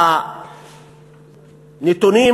הנתונים.